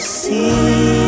see